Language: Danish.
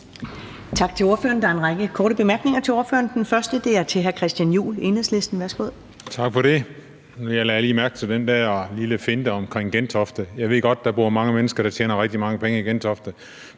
Tak til ordføreren. Der er en række korte bemærkninger til ordføreren, og den første er fra hr. Christian Juhl, Enhedslisten. Værsgo. Kl. 14:57 Christian Juhl (EL): Tak for det. Jeg lagde lige mærke til den der lille finte med Gentofte. Jeg ved godt, der bor mange mennesker, der tjener rigtig mange penge i Gentofte,